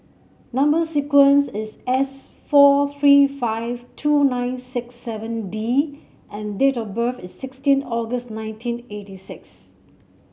number sequence is S four three five two nine six seven D and date of birth is sixteen August nineteen eighty six